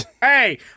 Hey